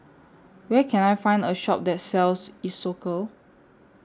Where Can I Find A Shop that sells Isocal